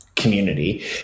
community